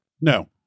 No